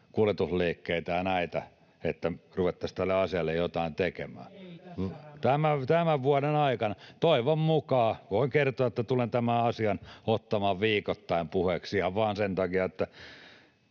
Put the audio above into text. kuljetusliikkeitä ja näitä, että ruvettaisiin tälle asialle jotain tekemään tämän vuoden aikana. [Tuomas Kettunen: Ei tässä hämätä!] — Toivon mukaan. — Voin kertoa, että tulen tämän asian ottamaan viikoittain puheeksi ihan vain sen takia, että